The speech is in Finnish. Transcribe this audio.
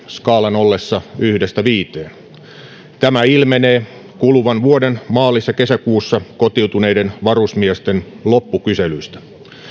skaalan ollessa yhdestä viiteen tämä ilmenee kuluvan vuoden maalis ja kesäkuussa kotiutuneiden varusmiesten loppukyselystä